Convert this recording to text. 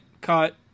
cut